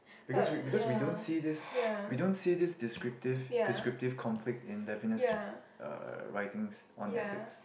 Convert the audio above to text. because we because we don't see this we don't see this descriptive prescriptive conflict in Levinas uh writings on ethics